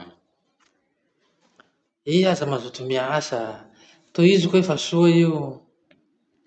Iha aza mazoto miasa. Tohizo koahy fa soa io.